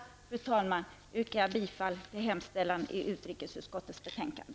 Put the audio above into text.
Med det anförda yrkar jag bifall till hemställan i utrikesutskottets betänkande.